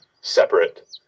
separate